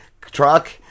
truck